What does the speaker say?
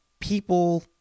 people